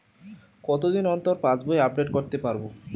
কতদিন অন্তর পাশবই আপডেট করতে পারব?